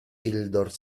tildor